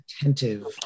attentive